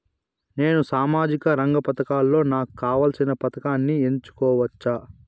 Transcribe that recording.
నేను సామాజిక రంగ పథకాలలో నాకు కావాల్సిన పథకాన్ని ఎన్నుకోవచ్చా?